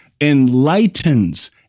enlightens